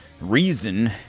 Reason